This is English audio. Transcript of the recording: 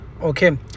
okay